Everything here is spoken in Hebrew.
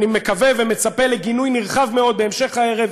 אני מקווה ומצפה לגינוי נרחב מאוד בהמשך הערב,